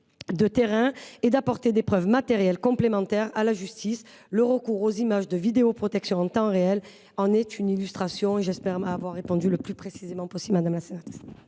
de terrain et d’apporter des preuves matérielles complémentaires à la justice. Le recours aux images de vidéoprotection en temps réel en est une illustration. J’espère, madame la sénatrice,